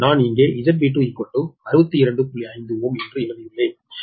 5 Ω என்று எழுதியுள்ளேன்